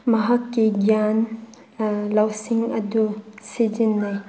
ꯃꯍꯥꯛꯀꯤ ꯒ꯭ꯌꯥꯟ ꯂꯧꯁꯤꯡ ꯑꯗꯨ ꯁꯤꯖꯤꯟꯅꯩ